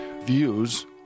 views